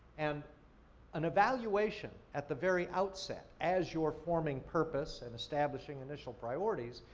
and an evaluation, at the very outset, as your forming purpose and establishing initial priorities,